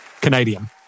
Canadian